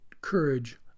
courage